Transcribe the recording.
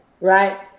Right